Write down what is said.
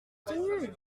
tenue